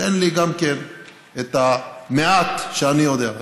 תן לי את המעט שאני יודע.